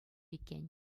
иккен